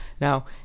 Now